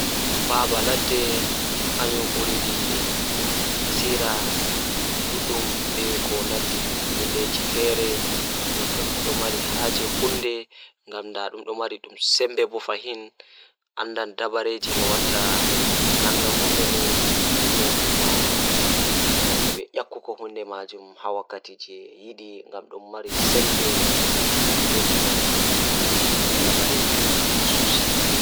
Haala e hoore mum, ɓe njangol ko tawii ɗum waawi ngaɗa fi, woni fiya ɓe e kala kaɓe e ɓe njangol. Njiɗo fiye njangol fiye waɗi ruɗɗi e haɓre dakkunde ngoondu, kadi njifti ngal.